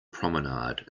promenade